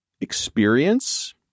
experience